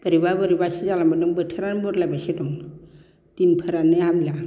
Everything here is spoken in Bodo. बोरैबा बोरैबासो जालांबोदों बोथोरानो बदलायबायसो दं दिनफोरानो हामलिया